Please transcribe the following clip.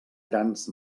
grans